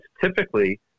Typically